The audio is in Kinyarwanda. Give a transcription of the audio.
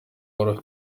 wari